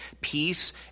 peace